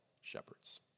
shepherds